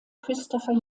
christopher